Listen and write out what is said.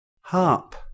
Harp